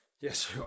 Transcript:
Yes